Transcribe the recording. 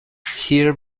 here